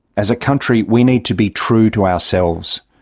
as a country we need to be true to ourselves.